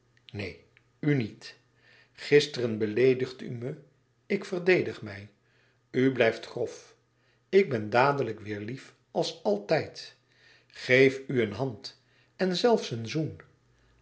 neen u niet gisteren beleedigt u me ik verdedig mij u blijft grof ik ben dadelijk weêr lief als altijd geef u een hand en zelfs een zoen